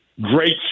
great